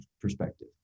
perspective